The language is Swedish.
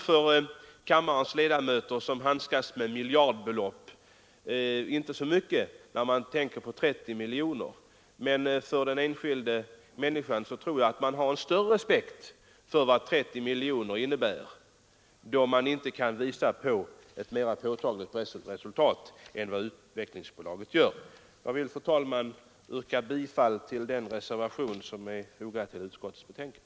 För kammarens ledamöter, som handskas med miljardbelopp, är kanske 30 miljoner inte så mycket, men jag tror att den enskilda människan har större respekt för ett sådant belopp, när Utvecklingsbolaget inte kunnat redovisa ett gynnsammare resultat. Fru talman! Jag yrkar bifall till den reservation som är fogad till utskottets betänkande.